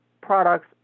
products